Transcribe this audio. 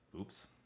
Oops